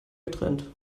getrennt